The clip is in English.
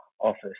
office